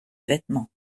vêtements